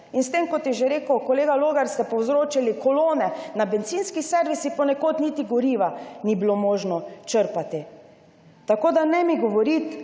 S tem, kot je že rekel kolega Logar, ste povzročili kolone na bencinskih servisih, ponekod niti goriva ni bilo možno črpati. Tako da ne mi govoriti,